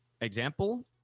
example